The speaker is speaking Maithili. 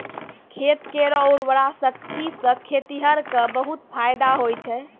खेत केरो उर्वरा शक्ति सें खेतिहर क बहुत फैदा होय छै